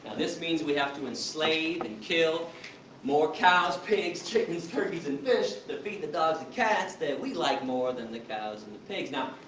this means we have to enslave and kill more pigs, chickens, turkeys and fish to feed the dogs and cats that we like more than the cows and the pigs. now,